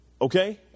Okay